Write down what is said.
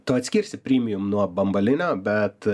tu atskirsi primijum nuo bambalio bet